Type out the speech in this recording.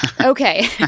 Okay